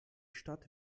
stadt